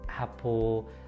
apple